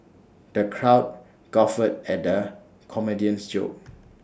the crowd guffawed at the comedian's jokes